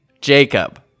Jacob